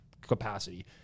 capacity